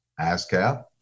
ASCAP